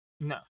No